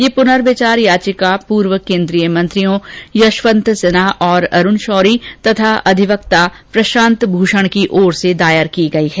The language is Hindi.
ये पुनर्विचार याचिका पूर्व केन्द्रीय मंत्रियों यशवंत सिन्हा और अरूण शौरी तथा अधिवक्ता प्रशांत भूषण की ओर से दायर की गई है